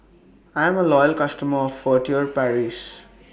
I'm A Loyal customer of Furtere Paris